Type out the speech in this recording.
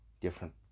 different